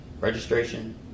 registration